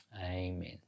Amen